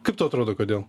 kaip tau atrodo kodėl